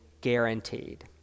guaranteed